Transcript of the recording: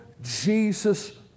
Jesus